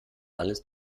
alles